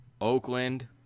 Oakland